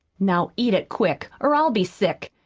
now, eat it quick, or i'll be sick!